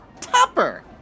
Topper